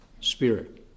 spirit